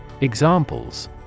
Examples